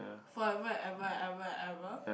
forever and ever and ever and ever